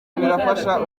birafasha